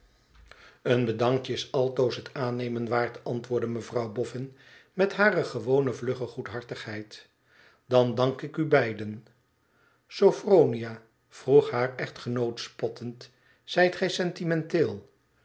een bedankje is altoos het aannemen waard antwoordde mevrouw boffin met hare gewone vlugge goedhartigheid dan dank ik u beiden sophronia vroeg haar echtgenoot spottend t zijt j sentimenteel